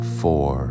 four